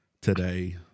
today